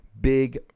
big